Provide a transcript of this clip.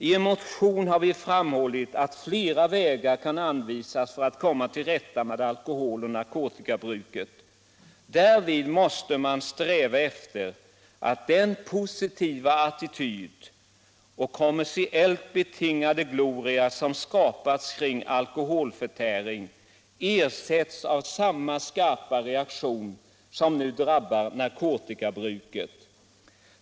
I en motion har vi framhållit att flera vägar kan anvisas för att komma till rätta med alkohol och narkotikabruket. Därvid måste man sträva efter att den positiva attityd och den kommersiellt betingande gloria som har skapats kring alkoholförtäring ersätts av samma skarpa reaktion som nu drabbar narkotikabruket.